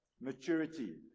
maturity